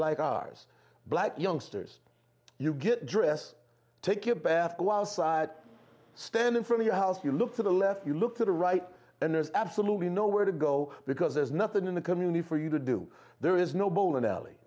like ours black youngsters you get dress take a bath go outside stand in front of a house you look to the left you look to the right and there's absolutely nowhere to go because there's nothing in the community for you to do there is no bowling alley